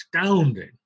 astounding